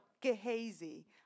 gehazi